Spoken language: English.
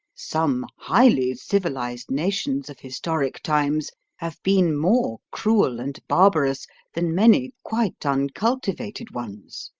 some highly civilised nations of historic times have been more cruel and barbarous than many quite uncultivated ones.